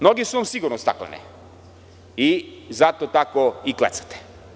Noge su vam sigurno staklene i zato tako i klecate.